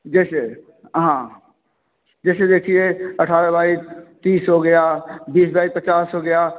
जैसे हाँ जैसे देखिए अट्ठारह बाई तीस हो गया बीस बाई पचास हो गया